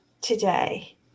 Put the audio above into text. today